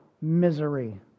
misery